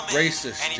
racist